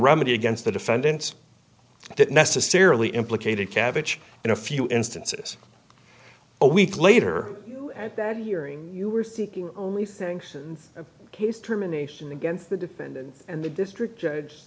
remedy against the defendants that necessarily implicated cabbage in a few instances a week later at that hearing you were thinking only things case termination against the defendant and the district judge